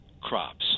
crops